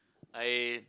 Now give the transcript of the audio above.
I